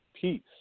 peace